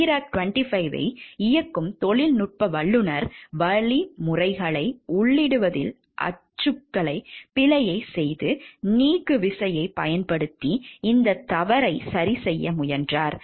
Therac 25ஐ இயக்கும் தொழில்நுட்ப வல்லுநர் வழிமுறைகளை உள்ளிடுவதில் அச்சுக்கலைப் பிழையைச் செய்து நீக்கு விசையைப் பயன்படுத்தி இந்தத் தவறைச் சரிசெய்ய முயன்றார்